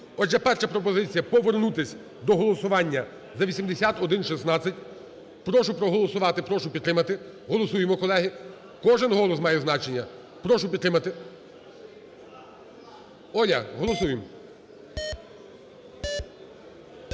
Отже, перша пропозиція: повернутись до голосування до 8116. Прошу проголосувати, прошу підтримати. Голосуємо, колеги. Кожен голос має значення. Прошу підтримати. Оля, голосуємо.